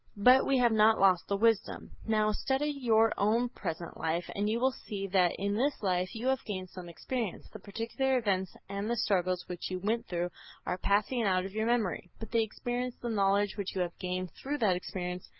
but we have not lost the wisdom. now, study your own present life and you will see that in this life you have gained some experience. the particular events and the struggles which you went through are passing out of your memory, but the experience, the knowledge which you have gained through that experience,